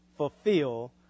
Fulfill